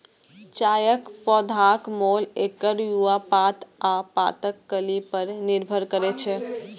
चायक पौधाक मोल एकर युवा पात आ पातक कली पर निर्भर करै छै